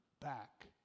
back